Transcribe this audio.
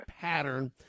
pattern